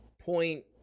point